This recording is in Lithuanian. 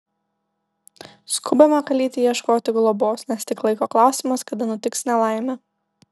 skubame kalytei ieškoti globos nes tik laiko klausimas kada nutiks nelaimė